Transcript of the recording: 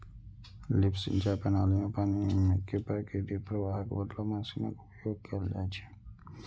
lift सिंचाइ प्रणाली मे पानि कें प्राकृतिक प्रवाहक बदला मशीनक उपयोग कैल जाइ छै